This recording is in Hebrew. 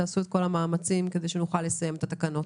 תעשו את כל המאמצים כדי שנוכל לסיים את התקנות.